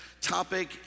topic